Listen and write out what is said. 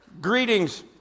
greetings